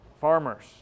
farmers